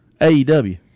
AEW